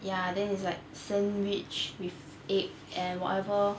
ya then it's like sandwich with egg and whatever